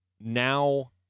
Now